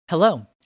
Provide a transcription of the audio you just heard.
Hello